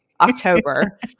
October